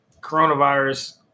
Coronavirus